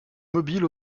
mobile